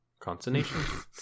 consonation